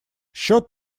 счёт